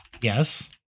Yes